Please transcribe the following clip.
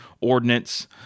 ordinance